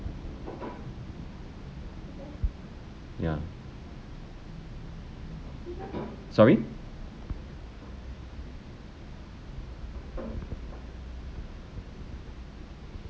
ya sorry